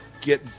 get